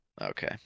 Okay